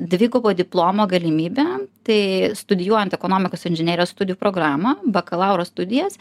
dvigubo diplomo galimybę tai studijuojant ekonomikos inžinerijos studijų programą bakalauro studijas